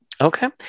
Okay